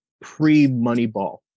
pre-moneyball